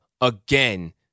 again